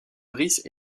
brice